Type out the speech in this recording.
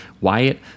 Wyatt